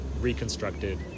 reconstructed